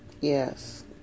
Yes